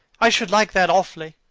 i should like that awfully